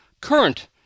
current